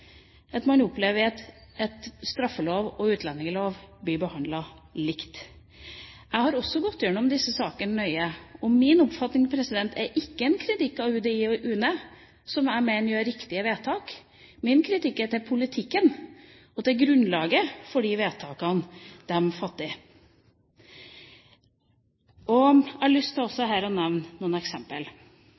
at man opplever at brudd på straffelov og utlendingslov blir behandlet likt. Jeg har gått gjennom disse sakene nøye, og min oppfatning er ikke en kritikk av UDI og UNE, som jeg mener gjør riktige vedtak. Min kritikk er av politikken, og av grunnlaget for de vedtakene som de fatter. Jeg har også her lyst til å nevne noen